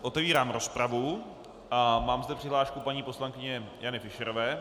Otevírám rozpravu a mám zde přihlášku paní poslankyně Jany Fischerové.